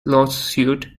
lawsuit